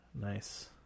Nice